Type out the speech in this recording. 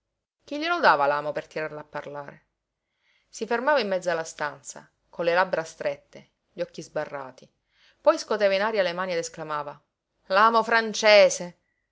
chi glielo dava l'amo per tirarlo a parlare si fermava in mezzo alla stanza con le labbra strette gli occhi sbarrati poi scoteva in aria le mani ed esclamava l'amo francese